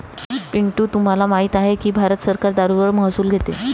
पिंटू तुम्हाला माहित आहे की भारत सरकार दारूवर महसूल घेते